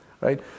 Right